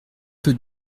peux